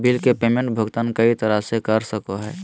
bill के payment भुगतान कई तरह से कर सको हइ